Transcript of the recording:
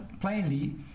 plainly